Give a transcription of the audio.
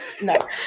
no